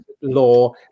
law